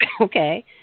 Okay